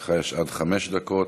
לך יש עד חמש דקות.